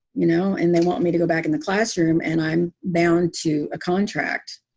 you know, and they want me to go back in the classroom and i'm bound to a contract?